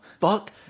fuck